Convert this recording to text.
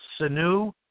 Sanu